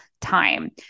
time